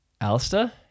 Alistair